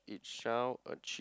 it shall achieve